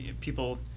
people